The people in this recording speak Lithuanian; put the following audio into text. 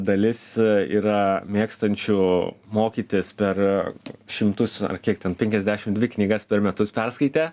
dalis yra mėgstančių mokytis per šimtus ar kiek ten penkiasdešim dvi knygas per metus perskaitę